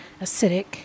acidic